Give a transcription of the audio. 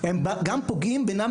אלא גם ואפילו יותר,